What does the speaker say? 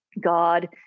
God